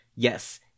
Yes